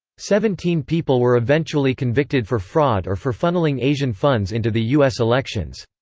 seventeen people were eventually convicted for fraud or for funneling asian funds into the u s. elections.